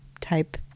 type